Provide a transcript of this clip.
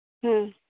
ᱦᱮᱸ